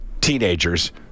teenagers